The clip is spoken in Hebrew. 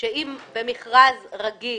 שאם במכרז רגיל